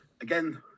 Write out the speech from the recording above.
Again